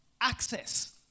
Access